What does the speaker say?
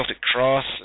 Cross